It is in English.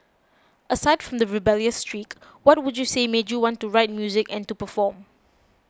aside from the rebellious streak what would you say made you want to write music and to perform